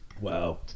Wow